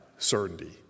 Certainty